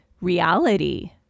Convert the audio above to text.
reality